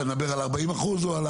אתה מדבר על הארבעים אחוזים?